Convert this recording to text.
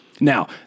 Now